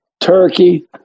turkey